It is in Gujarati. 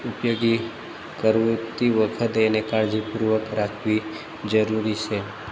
ઉપયોગી કરતી વખતે એને કાળજીપૂર્વક રાખવી જરૂરી છે